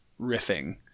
riffing